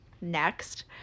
next